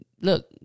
Look